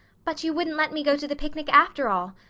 but you wouldn't let me go to the picnic after all,